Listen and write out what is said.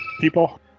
people